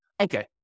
Okay